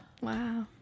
Wow